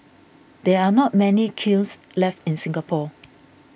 there are not many kilns left in Singapore